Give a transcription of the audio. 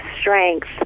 strength